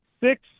six